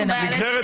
נגררת